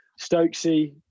Stokesy